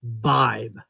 vibe